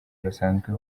basanzwe